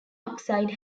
oxide